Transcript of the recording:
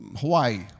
Hawaii